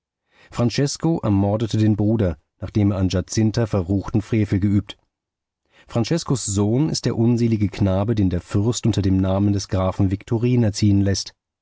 francesko ermordete den bruder nachdem er an giazinta verruchten frevel geübt franceskos sohn ist der unselige knabe den der fürst unter dem namen des grafen viktorin erziehen läßt